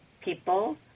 people